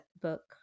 book